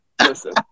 listen